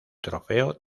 trofeo